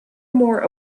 more